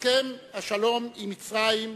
הסכם השלום עם מצרים,